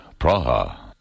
Praha